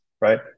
right